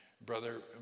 Brother